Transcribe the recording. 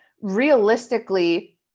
realistically